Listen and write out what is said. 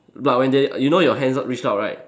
but when they you know your hands reach out right